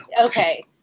Okay